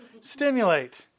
stimulate